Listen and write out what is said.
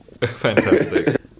Fantastic